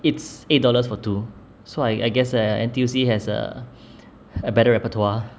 it's eight dollars for two so I I guess err N_T_U_C has a a better repertoire